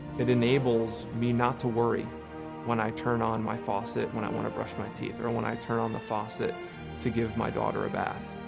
it enables me not to worry when i turn on my faucet when i want to brush my teeth or when i turn on the faucet to give my daughter a bath.